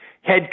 head